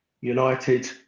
United